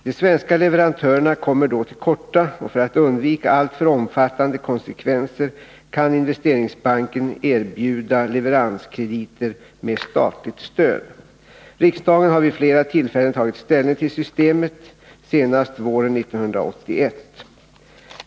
De svenska leverantörerna kommer då till korta, och för att undvika alltför omfattande konsekvenser k 'n Investeringsbanken erbjuda leveranskrediter med statligt stöd. Riksdagen '! ”r vid flera tillfällen tagit ställning till systemet, senast våren 1981 .